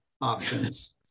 options